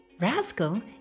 rascal